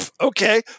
okay